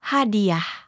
Hadiah